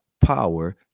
power